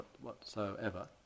whatsoever